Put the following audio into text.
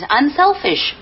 unselfish